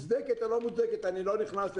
מוצדקת או לא מוצדקת אני לא נכנס לזה,